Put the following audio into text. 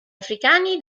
africani